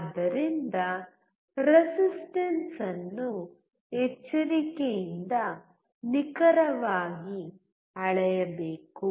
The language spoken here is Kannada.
ಆದ್ದರಿಂದ ರೆಸಿಸ್ಟನ್ಸ ಅನ್ನು ಎಚ್ಚರಿಕೆಯಿಂದ ನಿಖರವಾಗಿ ಅಳೆಯಬೇಕು